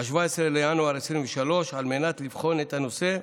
על מנת לבחון את הנושא,